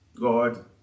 God